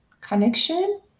Connection